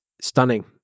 stunning